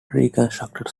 reconstructed